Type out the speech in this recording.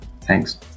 Thanks